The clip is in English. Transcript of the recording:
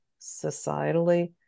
societally